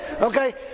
Okay